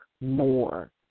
more